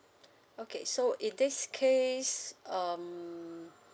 okay so in this case um